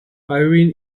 irene